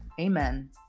Amen